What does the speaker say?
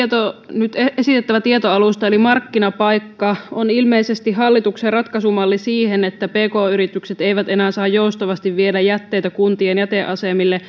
nyt esitettävä tietoalusta eli markkinapaikka on ilmeisesti hallituksen ratkaisumalli siihen että pk yritykset eivät enää saa joustavasti viedä jätteitä kuntien jäteasemille